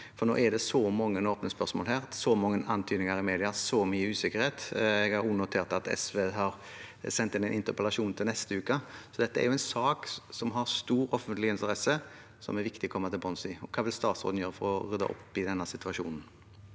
For nå er det så mange åpne spørsmål her, så mange antydninger i media og så mye usikkerhet. Jeg har også notert meg at SV har sendt inn en interpellasjon til neste uke. Dette er en sak som har stor offentlig interesse, og som det er viktig å komme til bunns i. Hva vil statsråden gjøre for å rydde opp i denne situasjonen?